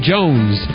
Jones